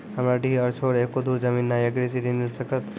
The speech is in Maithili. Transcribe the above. हमरा डीह छोर एको धुर जमीन न या कृषि ऋण मिल सकत?